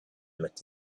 met